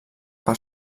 per